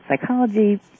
psychology